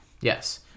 Yes